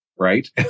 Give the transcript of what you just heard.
Right